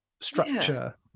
structure